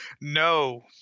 No